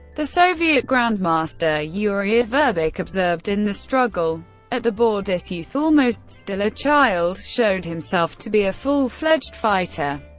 the soviet grandmaster yuri averbakh observed, in the struggle at the board this youth, almost still a child, showed himself to be a full-fledged fighter,